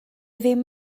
ddim